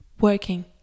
working